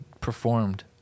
performed